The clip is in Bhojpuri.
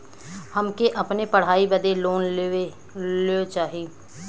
हमके अपने पढ़ाई बदे लोन लो चाही?